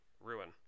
ruin